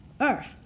earth